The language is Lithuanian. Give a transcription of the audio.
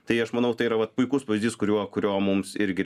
tai aš manau tai yra vat puikus pavyzdys kuriuo kuriuo mums irgi